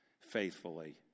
faithfully